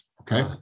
Okay